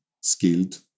skilled